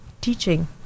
teaching